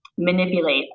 manipulate